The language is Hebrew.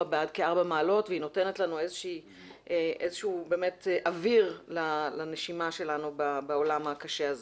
בכארבע מעלות והיא נותנת לנו איזשהו אוויר לנשימה שלנו בעולם הקשה הזה.